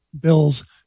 bills